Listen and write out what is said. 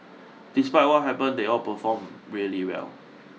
despite what happened they all performed really well